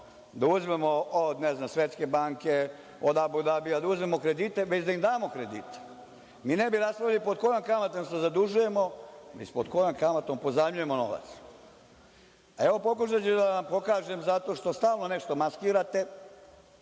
ne znam, Svetske banke, od Abu Dabija, da uzmemo kredite već da im damo kredite. Mi ne bi raspravljali pod kojom kamatom se zadužujemo, već pod kojom kamatom pozajmljujemo novac. Evo, pokušaću da vam objasnim, zato što stalno nešto maskirate,